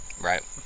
right